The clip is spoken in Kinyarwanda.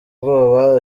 bwoba